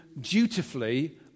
dutifully